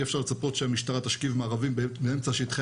אי אפשר לצפות שהמשטרה תשכיב מארבים באמצע שטחי